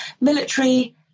military